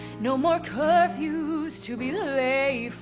no more curfews to be late